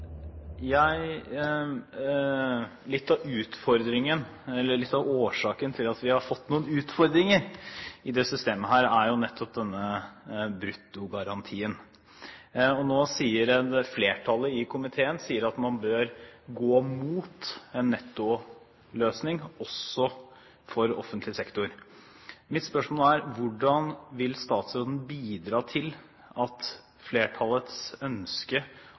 jeg forstår spørsmålet riktig. Den vil man ha opp til 85 pst., og så fases den langsomt ut. Litt av årsaken til at vi har fått noen utfordringer i dette systemet, er jo nettopp denne bruttogarantien. Flertallet i komiteen sier at man bør gå mot en nettoløsning, også for offentlig sektor. Mitt spørsmål er: Hvordan vil statsråden bidra til at flertallets ønske